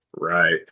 Right